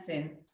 thin.